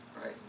right